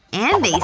and they